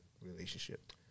relationship